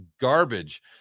garbage